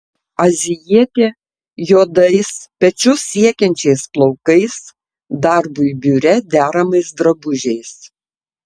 azijietė juodais pečius siekiančiais plaukais darbui biure deramais drabužiais